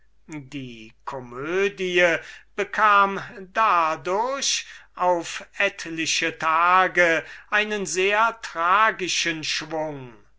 die komödie bekam dadurch auf etliche tage einen sehr tragischen schwung